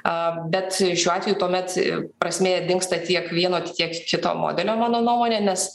a bet šiuo atveju tuomet prasmė dingsta tiek vieno tiek kito modelio mano nuomone nes